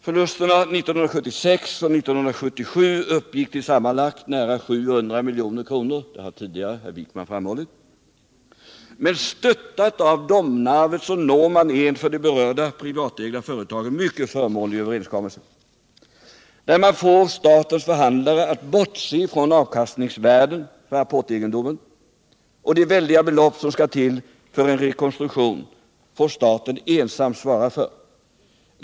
Förlusterna under åren 1976 och 1977 uppgick till sammanlagt nära 700 milj.kr. Det har Anders Wijkman tidigare framhållit. Men stöttad av Domnarvet träffar man för de berörda privatägda företagen en mycket förmånlig överenskommelse, där man får statens förhandlare att bortse från avkastningsvärden för apportegendomen. De väldiga belopp som skall till för en rekonstruktion får staten ensam svara för.